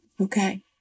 Okay